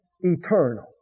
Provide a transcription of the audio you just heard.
Eternal